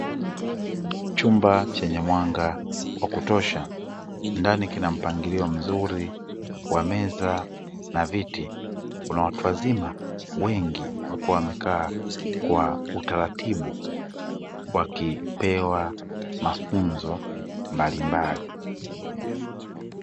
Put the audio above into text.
Chumba chenye mwanga wa kutosha ndani kina mpangilio mzuri wa meza na viti, Kuna watu wazima wengi wako wamekaa kwa utaratibu wakipewa mafunzo mbalimbali.